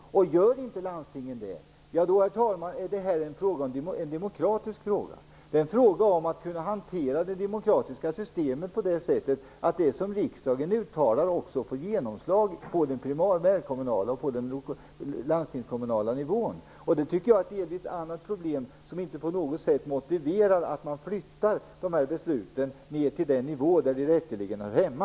Om landstingen inte gör det blir detta en demokratisk fråga. Det är en fråga om att kunna hantera det demokratiska systemet på det sättet att det som riksdagen uttalar också får genomslag på den primärkommunala och landstingskommunala nivån. Det tycker jag är ett något annat problem, som inte på något sätt motiverar att man flyttar de här besluten ner till den nivå där de rätteligen hör hemma.